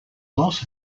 loss